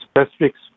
specifics